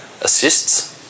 assists